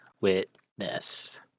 witness